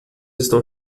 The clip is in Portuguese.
estão